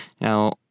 now